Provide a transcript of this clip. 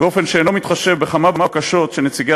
באופן שאינו מתחשב בכמה בקשות של נציגי